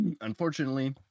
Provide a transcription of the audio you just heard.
unfortunately